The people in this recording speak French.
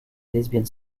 lesbiennes